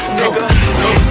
nigga